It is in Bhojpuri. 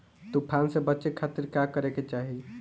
तूफान से बचे खातिर का करे के चाहीं?